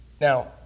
Now